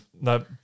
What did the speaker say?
No